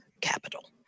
capital